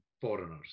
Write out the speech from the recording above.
foreigners